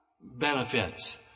benefits